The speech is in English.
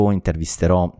intervisterò